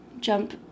jump